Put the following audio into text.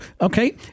okay